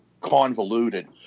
convoluted